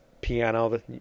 piano